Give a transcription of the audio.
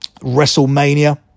WrestleMania